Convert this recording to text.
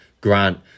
grant